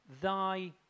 Thy